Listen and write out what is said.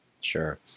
Sure